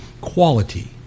quality